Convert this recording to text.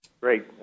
Great